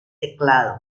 teclado